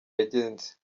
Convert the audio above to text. yagenze